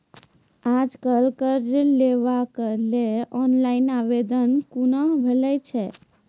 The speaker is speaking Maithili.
आज कल कर्ज लेवाक लेल ऑनलाइन आवेदन कूना भरै छै?